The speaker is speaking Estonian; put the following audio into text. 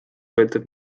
sõltub